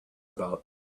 about